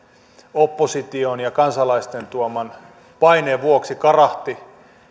opposition ja kansalaisten tuoman paineen vuoksi karahti